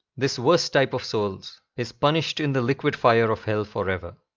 this worst type of souls is punished in the liquid fire of hell forever.